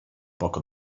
poco